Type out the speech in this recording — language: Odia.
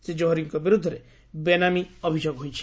ଶ୍ରୀ ଜୋହରିଙ୍କ ବିରୁଦ୍ଧରେ ବେନାମି ଅଭିଯୋଗ ହୋଇଛି